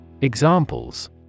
Examples